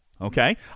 okay